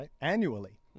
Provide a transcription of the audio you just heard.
annually